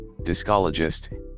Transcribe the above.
Discologist